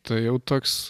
tai jau toks